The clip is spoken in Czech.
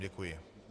Děkuji.